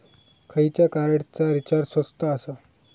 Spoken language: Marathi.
खयच्या कार्डचा रिचार्ज स्वस्त आसा?